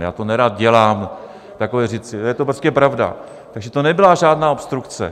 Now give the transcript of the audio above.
Já to nerad dělám, takové věci, je to prostě pravda, takže to nebyla žádná obstrukce.